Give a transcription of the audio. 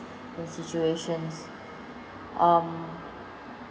and situations um